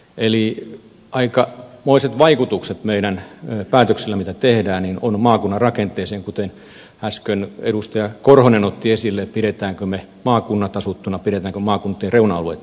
eli aikamoiset vaikutukset meidän päätöksillämme mitä teemme on maakunnan rakenteeseen kuten äsken edustaja korhonen otti esille pidämmekö me maakunnat asuttuna pidämmekö maakuntien reuna alueet asuttuna